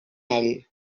ell